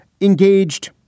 engaged